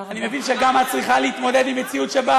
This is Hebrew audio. אני גם מבין שאת צריכה להתמודד עם מציאות שבה